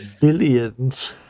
billions